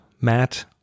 Matt